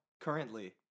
Currently